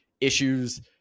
issues